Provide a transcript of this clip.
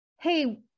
Hey